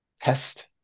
test